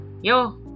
Yo